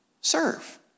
serve